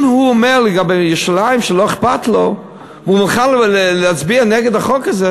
אם הוא אומר לגבי ירושלים שלא אכפת לו והוא מוכן להצביע נגד החוק הזה,